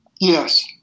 Yes